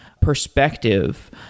perspective